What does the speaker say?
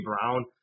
Brown